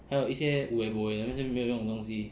还有一些 wu e bo e 那些没有用的东西